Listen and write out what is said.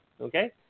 okay